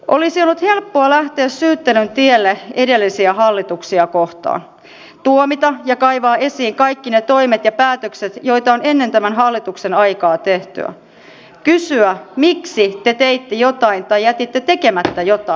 olisi ollut helppoa lähteä syyttelyn tielle edellisiä hallituksia kohtaan tuomita ja kaivaa esiin kaikki ne toimet ja päätökset joita on ennen tämän hallituksen aikaa tehty kysyä miksi te teitte jotain tai jätitte tekemättä jotain